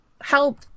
help